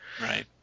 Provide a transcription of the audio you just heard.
Right